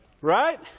Right